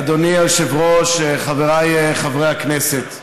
אדוני היושב-ראש, חבריי חברי הכנסת,